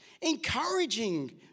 encouraging